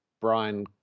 Brian